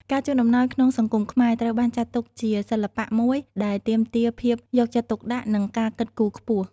ការជូនអំណោយក្នុងសង្គមខ្មែរត្រូវបានចាត់ទុកជាសិល្បៈមួយដែលទាមទារភាពយកចិត្តទុកដាក់ និងការគិតគូរខ្ពស់។